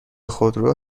خودرو